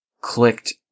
clicked